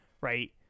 right